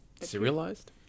Serialized